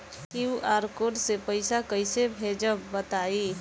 QR code से पईसा कईसे भेजब बताई?